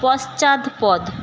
পশ্চাৎপদ